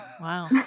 Wow